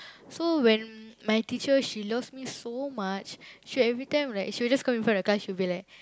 so when my teacher she loves me so much she every time like she will just come in front of the class she will be like